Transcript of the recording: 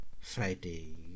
Friday